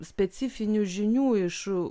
specifinių žinių iš